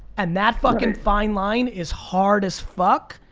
and that fucking fine line is hard as fuck,